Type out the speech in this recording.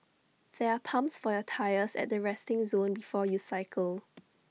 there are pumps for your tyres at the resting zone before you cycle